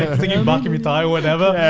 ah singing baka mitai or whatever.